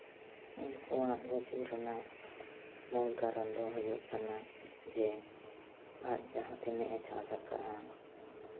ᱩᱱᱠᱩᱣᱟᱜ ᱜᱩᱡᱩᱜ ᱨᱮᱱᱟᱜ ᱢᱩᱞ ᱠᱟᱨᱚᱱ ᱫᱚ ᱦᱩᱭᱩᱜ ᱠᱟᱱᱟ ᱡᱮ ᱟᱡ ᱡᱟᱦᱟᱸ ᱛᱤᱱᱟᱹᱜᱼᱮ ᱪᱟᱥ ᱟᱠᱟᱫᱼᱟ